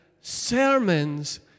sermons